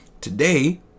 Today